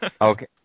Okay